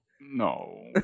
no